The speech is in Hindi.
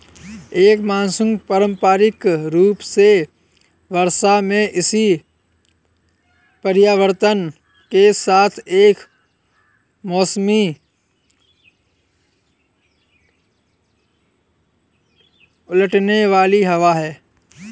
एक मानसून पारंपरिक रूप से वर्षा में इसी परिवर्तन के साथ एक मौसमी उलटने वाली हवा है